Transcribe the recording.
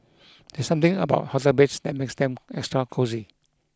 there's something about hotel beds that makes them extra cosy